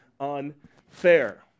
unfair